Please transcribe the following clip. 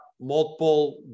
multiple